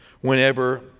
whenever